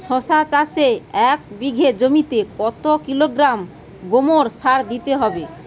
শশা চাষে এক বিঘে জমিতে কত কিলোগ্রাম গোমোর সার দিতে হয়?